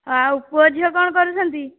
ଆଉ ପୁଅ ଝିଅ କ'ଣ କରୁଛନ୍ତି